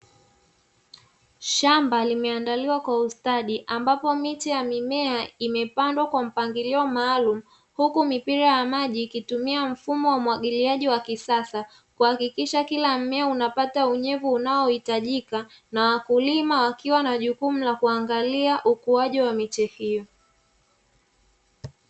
Shamba limeandaliwa kwa ustadi, ambapo miche ya mimea imepandwa kwa mpangilio maalumu huku mipira ya maji ikitumia mfumo wa umwagiliaji wa kisasa, kuhakikisha kila mmea unapata unyevu unaohitajika, na wakulima wakiwa na jukumu la kuangalia ukuaji wa miche hiyo.